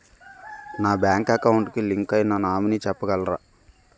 నా bank account కి link అయినా నామినీ చెప్పగలరా?